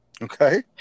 Okay